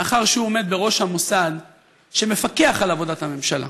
מאחר שהוא עומד בראש המוסד שמפקח על עבודת הממשלה: